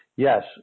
Yes